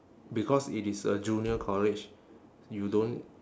because it is a junior college you don't